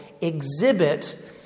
Exhibit